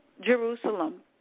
jerusalem